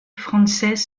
francesc